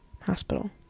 hospital